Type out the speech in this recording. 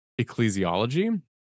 ecclesiology